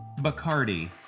Bacardi